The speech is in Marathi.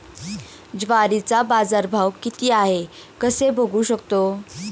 ज्वारीचा बाजारभाव किती आहे कसे बघू शकतो?